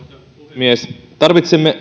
puhemies tarvitsemme